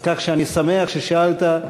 אז אני שמח ששאלת.